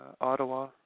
Ottawa